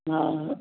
हा